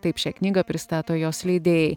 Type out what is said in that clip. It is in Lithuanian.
taip šią knygą pristato jos leidėjai